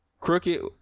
Crooked